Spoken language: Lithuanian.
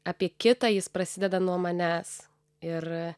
apie kitą jis prasideda nuo manęs ir